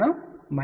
4 కి చేరుకోవాలి